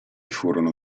furono